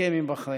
ההסכם עם בחריין.